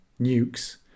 nukes